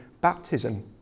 baptism